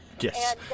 Yes